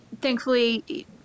Thankfully